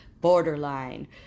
borderline